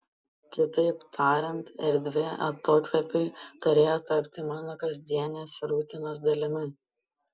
kitaip tariant erdvė atokvėpiui turėjo tapti mano kasdienės rutinos dalimi